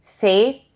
faith